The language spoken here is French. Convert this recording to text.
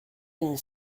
une